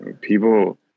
People